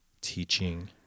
teaching